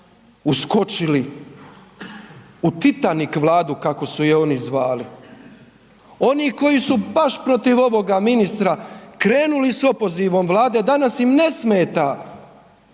uskočili u Titanik vladu kako su je oni zvali. Oni koji su baš protiv ovoga ministra krenuli s opozivom Vlade, danas im ne smeta